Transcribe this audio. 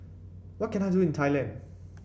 what can I do in Thailand